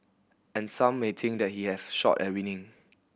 and some may think that he have shot winning